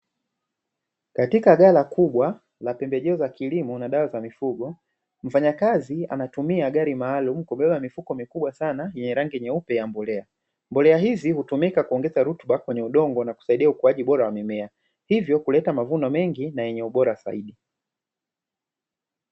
Katika ghala kubwa la pembejeo za kilimo na dawa za mifugo, mfanyakazi anatumia gari maalumu kubeba mifuko mikubwa sana yenye rangi nyeupe ya mbolea. Mbolea hizi hutumika kuongeza rutuba kwenye udongo na kusaidia ukuaji bora wa mimea, hivyo kuleta mavuno mengi na yenye ubora zaidi.